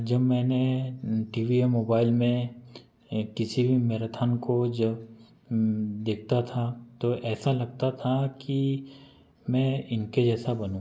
जब मैंने T V या मोबाईल में किसी भी मैराथन को जब देखता था तो ऐसा लगता था कि मैं इनके जैसा बनूँ